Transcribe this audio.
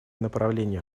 направление